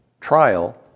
Trial